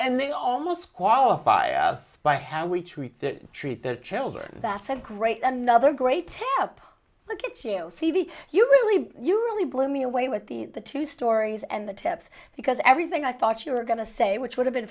and they almost qualify us by how we treat treat their children that's a great another great tale up look at you c v you really you really blew me away with the the two stories and the tips because everything i thought you were going to say which would have been